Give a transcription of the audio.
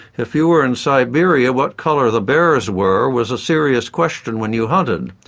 if you were in siberia what colour the bears were was a serious question when you hunted.